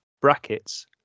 brackets